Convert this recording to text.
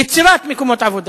יצירת מקומות עבודה.